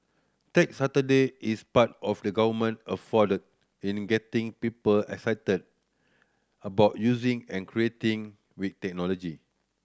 Tech Saturday is part of the Government effort in getting people excited about using and creating with technology